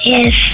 Yes